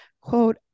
quote